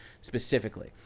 specifically